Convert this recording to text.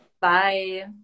bye